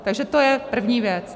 Takže to je první věc.